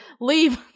Leave